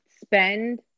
spend